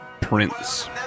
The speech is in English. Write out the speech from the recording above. Prince